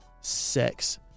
sex